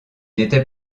n’était